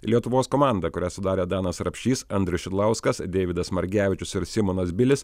lietuvos komanda kurią sudarė danas rapšys andrius šidlauskas deividas margevičius ir simonas bilis